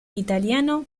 italiano